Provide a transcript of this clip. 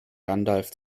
gandalf